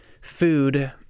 food